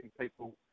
people